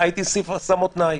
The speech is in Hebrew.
הייתי מוסיף תנאי,